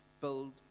build